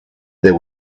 there